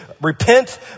Repent